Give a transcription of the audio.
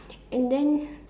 and then